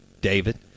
David